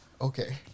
Okay